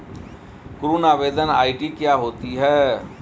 ऋण आवेदन आई.डी क्या होती है?